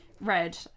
red